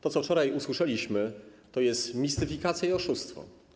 To, co wczoraj usłyszeliśmy, to jest mistyfikacja i oszustwo.